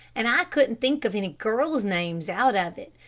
an' i couldn't think of any girls' names out of it,